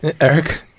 Eric